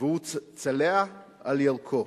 "והוא צלע על ירכו".